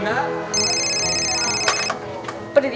no but